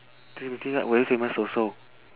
timothy yap very famous also